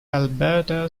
alberta